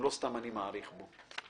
ולא סתם אני מאריך בו.